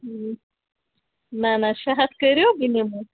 نہ نہ شیےٚ ہَتھ کٔرِو بہٕ نِمو